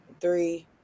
three